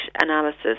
analysis